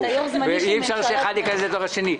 גם ליועצת המשפטית של ועדת הכספים אין את החומר.